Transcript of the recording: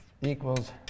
equals